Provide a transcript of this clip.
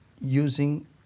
using